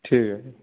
ٹھیک ہے